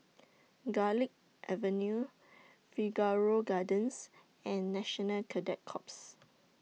Garlick Avenue Figaro Gardens and National Cadet Corps